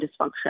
dysfunction